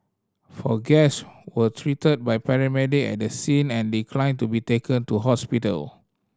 four guest were treated by paramedic at the scene and declined to be taken to hospital